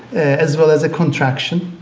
as well as a contraction,